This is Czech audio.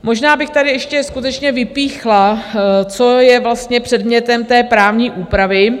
Možná bych tady ještě skutečně vypíchla, co je vlastně předmětem té právní úpravy.